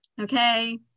Okay